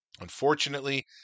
Unfortunately